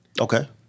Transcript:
Okay